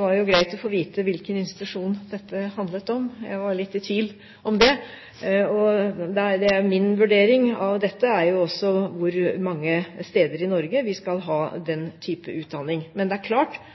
var greit å få vite hvilken institusjon dette handlet om – jeg var litt i tvil om det. Min vurdering av dette er også hvor mange steder i Norge vi skal ha den typen utdanning. Men det er klart